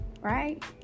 right